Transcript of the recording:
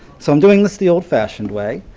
so i'm doing this the old fashion way.